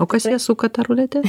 o kas ją suka tą ruletę